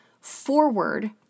forward